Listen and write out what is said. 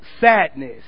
sadness